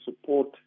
support